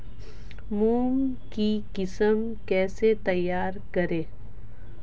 मूंग की किस्म कैसे तैयार करें?